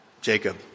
Jacob